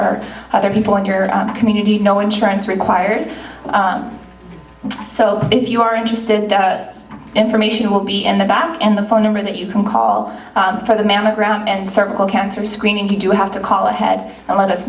or other people in your community no insurance required so if you are interested information will be in the bank and the phone number that you can call for the mammogram and start call cancer screening to do have to call ahead and let us